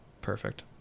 perfect